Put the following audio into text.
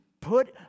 put